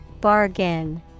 Bargain